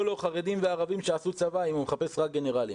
גם חרדים וערבים שעשו צבא אם הוא מחפש רק גנרלים.